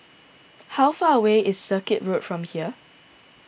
how far away is Circuit Road from here